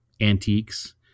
antiques